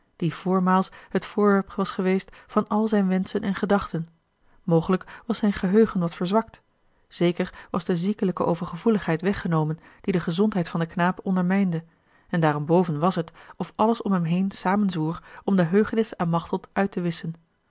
die voormaals het voorwerp was geweest van al zijne wenschen en gedachten mogelijk was zijn geheugen wat verzwakt zeker was de ziekelijke overgevoeligheid weggenomen die de gezondheid van den knaap ondermijnde en daarenboven was het of alles om hem heen samenzwoer om de heugenis aan machteld uit te wisschen